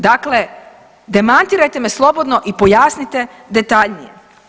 Dakle, demantirajte me slobodno i pojasnite detaljnije.